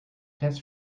test